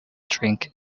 drink